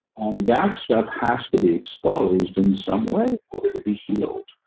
and that stuff has to be exposed in some way or to be healed.